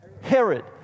Herod